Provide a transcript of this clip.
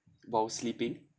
while sleeping